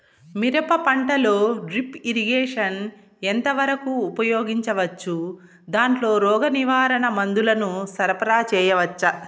మిరప పంటలో drip irrigation ఎంత వరకు ఉపయోగించవచ్చు, దాంట్లో రోగ నివారణ మందుల ను సరఫరా చేయవచ్చా?